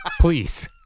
Please